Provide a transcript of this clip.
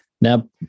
Now